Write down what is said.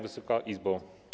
Wysoka Izbo!